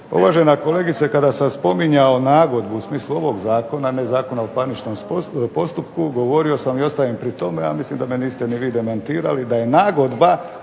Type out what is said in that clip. Uvažena kolegice kada sam spominjao nagodbu u smislu ovog zakona ne Zakona o parničnom postupku, govorio sam i ostajem pri tome, ja mislim da me niste ni vi demantirali da je nagodba